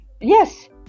yes